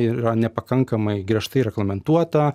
yra nepakankamai griežtai reglamentuota